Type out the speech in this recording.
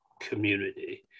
community